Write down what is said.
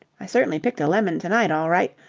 i cert'nly picked a lemon to-night all right.